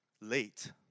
late